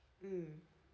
mmhmm